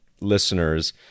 listeners